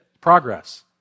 Progress